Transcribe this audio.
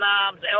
arms